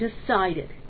decided